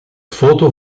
foto